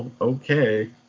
Okay